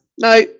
No